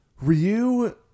Ryu